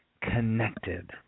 connected